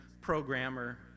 programmer